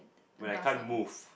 when I can't move